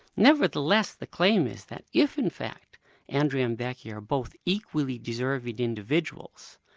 nevertheless the claim is that if in fact andrea and becky are both equally deserving individuals,